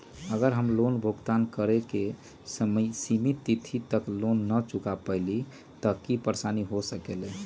अगर हम लोन भुगतान करे के सिमित तिथि तक लोन न चुका पईली त की की परेशानी हो सकलई ह?